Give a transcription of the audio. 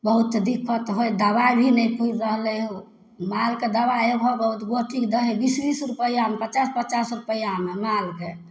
बहुत से दिक्कत हइ दबाइ भी नहि पूरि रहलै ओ मालके दबाइ एकहक गो गोटी दै हइ बीस बीस रुपैआमे पचास पचास रुपैआमे मालके